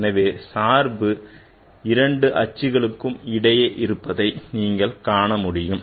எனவே சார்பு இரண்டு கட்சிகளுக்கு இடையே இருப்பதை நீங்கள் காண முடியும்